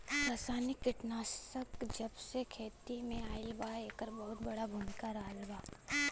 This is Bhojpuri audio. रासायनिक कीटनाशक जबसे खेती में आईल बा येकर बहुत बड़ा भूमिका रहलबा